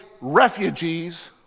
refugees